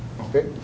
okay